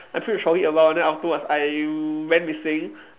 I push the trolley a while then afterwards I went missing